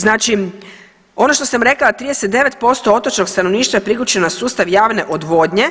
Znači, ono što sam rekla da 39% otočnog stanovništva je priključeno na sustav javne odvodnje